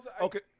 Okay